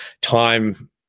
time